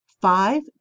Five